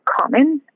common